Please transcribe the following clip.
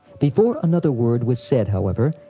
before another word was said, however,